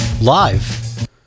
live